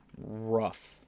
Rough